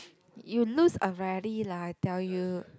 you lose already lah I tell you